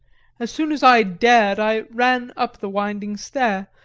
as soon as i dared i ran up the winding stair,